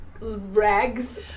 Rags